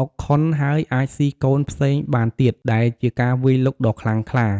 អុកខុនហើយអាចស៊ីកូនផ្សេងបានទៀត ដែលជាការវាយលុកដ៏ខ្លាំងក្លា។